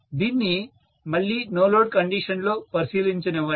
దీన్ని మళ్ళీ no load condition లో పరిశీలించనివ్వండి